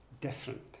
different